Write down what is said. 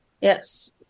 Yes